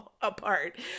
apart